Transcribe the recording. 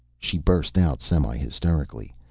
she burst out semihysterically.